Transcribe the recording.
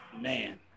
Man